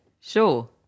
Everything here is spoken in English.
sure